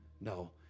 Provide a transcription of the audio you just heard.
No